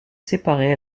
séparé